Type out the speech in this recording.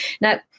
Now